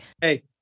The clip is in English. Hey